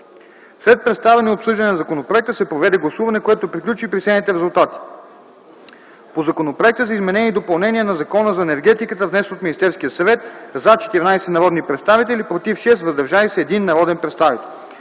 След представяне и обсъждане на законопроекта се проведе гласуване, което приключи при следните резултати: - по Законопроекта за изменение и допълнение на Закона за енергетиката, внесен от Министерския съвет: “за” – 14 народни представители, “против” – 6 и “въздържал се” – 1 народен представител;